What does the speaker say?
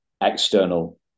external